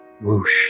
Whoosh